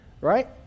right